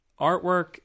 artwork